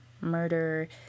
murder